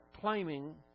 claiming